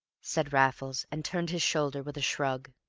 said raffles, and turned his shoulder with a shrug.